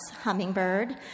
Hummingbird